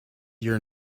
your